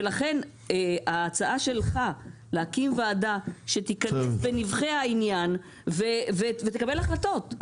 ולכן ההצעה שלך להקים ועדה שתיכנס בנבכי העניין ותקבל החלטות.